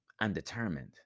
undetermined